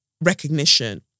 recognition